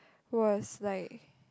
was like